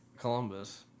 Columbus